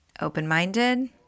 open-minded